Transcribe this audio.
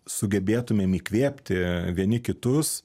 sugebėtumėm įkvėpti vieni kitus